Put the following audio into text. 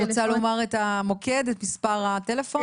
את רוצה לומר את המוקד, את מספר הטלפון?